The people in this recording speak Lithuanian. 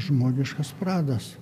žmogiškas pradas